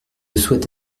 souhaite